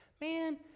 Man